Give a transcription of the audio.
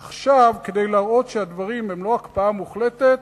עכשיו, כדי להראות שהדברים הם לא הקפאה מוחלטת,